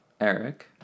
Eric